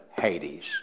Hades